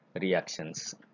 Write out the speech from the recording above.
reactions